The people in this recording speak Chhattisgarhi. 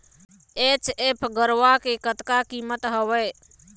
एच.एफ गरवा के कतका कीमत हवए?